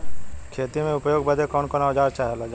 खेती में उपयोग बदे कौन कौन औजार चाहेला?